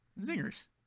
Zingers